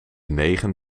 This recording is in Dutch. negen